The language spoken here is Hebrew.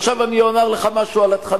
עכשיו אני אומר לך משהו על התכנים,